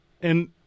And-